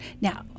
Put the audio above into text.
Now